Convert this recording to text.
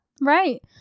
right